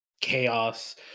chaos